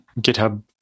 GitHub